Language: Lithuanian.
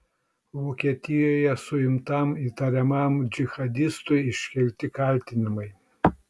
vokietijoje suimtam įtariamam džihadistui iškelti kaltinimai